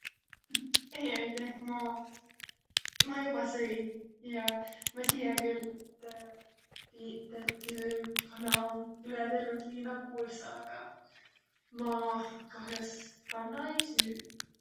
ei, aiteh, ma ma joba sõi. Jaa, ma tiiä küll, et tiiq tettü kana om üle terve liina kuulsa, agaq ma kah'os kanna ei süüq.